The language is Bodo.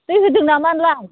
दै होदों नामा नोंलाय